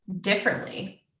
differently